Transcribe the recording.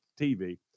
TV